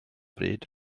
bryd